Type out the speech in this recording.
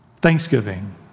Thanksgiving